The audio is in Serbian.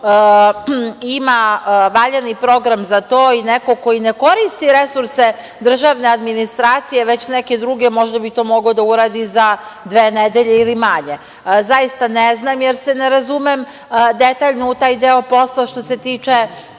ko ima valjani program za to i nekoga ko ne koristi resurse državne administracije, već neke druge, možda bi to mogao da uradi za dve nedelje, ili manje. Zaista ne znam, jer se ne razumem detaljno u taj deo posla, što se tiče